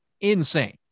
Insane